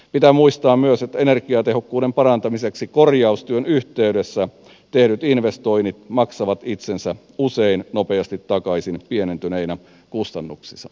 pitää muistaa myös että energiatehokkuuden parantamiseksi korjaustyön yhteydessä tehdyt investoinnit maksavat itsensä usein nopeasti takaisin pienentyneinä kustannuksina